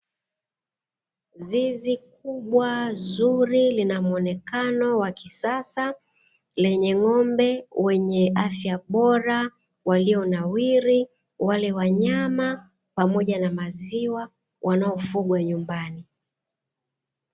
Zizi kubwa zuri linamuonekano wa kisasa lenye ng'ombe wenye afya bora, walionawiri wale wa nyama pamoja na maziwa, wanaofugwa nyumbani.